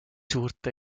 suurt